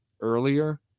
earlier